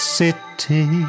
city